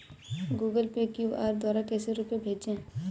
Google Pay QR द्वारा कैसे रूपए भेजें?